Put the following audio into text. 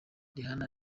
rihanna